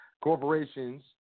Corporations